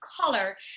color